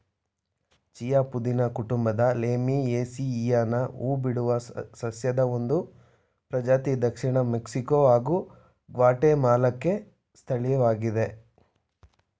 chia ಪುದೀನ ಕುಟುಂಬದ ಲೇಮಿಯೇಸಿಯಿಯನ ಹೂಬಿಡುವ ಸಸ್ಯದ ಒಂದು ಪ್ರಜಾತಿ ದಕ್ಷಿಣ ಮೆಕ್ಸಿಕೊ ಹಾಗೂ ಗ್ವಾಟೆಮಾಲಾಕ್ಕೆ ಸ್ಥಳೀಯವಾಗಿದೆ